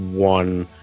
one